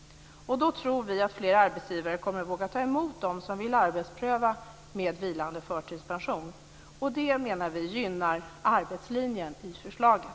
Då tror vi att fler arbetsgivare kommer att våga ta emot dem som vill arbetspröva med vilande förtidspension, och det, menar vi, gynnar arbetslinjen i förslaget.